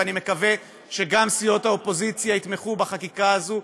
ואני מקווה שגם סיעות האופוזיציה יתמכו בחקיקה הזו,